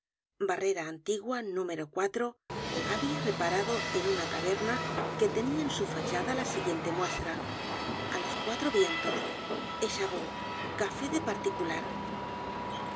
barrera antigua ntim habia reparado en una taberna que tenia en su fachada la siguiente muestra a los cuatro vientos echabeau café de particular